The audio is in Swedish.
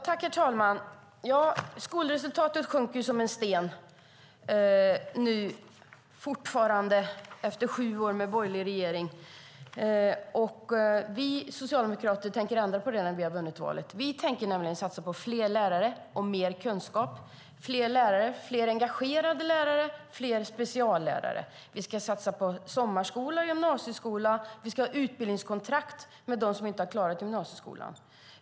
Herr talman! Skolresultatet sjunker som en sten fortfarande efter sju år med borgerlig regering. Vi socialdemokrater tänker ändra på det när vi vunnit valet. Vi tänker nämligen satsa på fler lärare och mer kunskap, på fler engagerade lärare och fler speciallärare. Vi ska satsa på sommarskola och gymnasieskola. Vi ska ha utbildningskontrakt med dem som inte klarat gymnasieskolan.